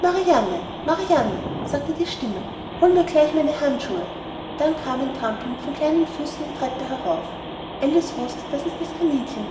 marianne marianne sagte die stimme hole mir gleich meine handschuhe dann kam ein trappeln von kleinen füßen die treppe herauf alice wußte daß es das kaninchen